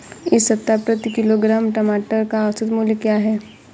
इस सप्ताह प्रति किलोग्राम टमाटर का औसत मूल्य क्या है?